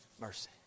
mercy